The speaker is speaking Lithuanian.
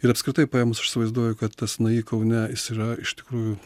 ir apskritai paėmus aš įsivaizduoju kad tas ni kaune jis yra iš tikrųjų